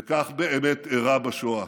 וכך באמת אירע בשואה.